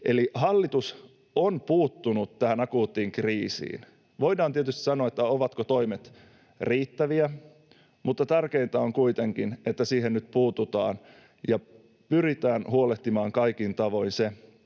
Eli hallitus on puuttunut tähän akuuttiin kriisiin. Voidaan tietysti kysyä, ovatko toimet riittäviä, mutta tärkeintä on kuitenkin, että siihen nyt puututaan ja pyritään huolehtimaan kaikin tavoin,